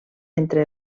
entre